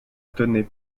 tenais